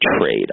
trade